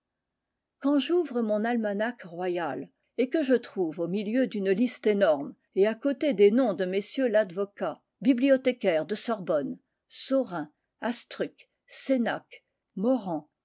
quand j'ouvre mon almanach royal et que je trouve au milieu d'une liste énorme et à côté des noms de mm ladvocat bibliothécaire de sorbonne saurin astruc sénac morand